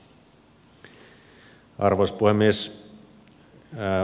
arvoisa puhemies